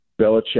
Belichick